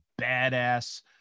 badass